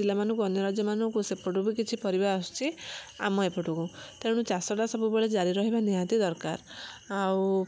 ଜିଲ୍ଲାମାନଙ୍କୁ ଅନ୍ୟ ରାଜ୍ୟମାନଙ୍କୁ ସେପଟୁବି କିଛି ପରିବା ଆସୁଛି ଆମ ଏପଟୁକୁ ତେଣୁ ଚାଷଟା ସବୁବେଳେ ଜାରି ରହିବା ନିହାତି ଦରକାର ଆଉ